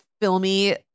filmy